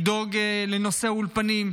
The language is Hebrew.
לדאוג לנושא אולפנים.